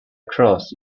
cross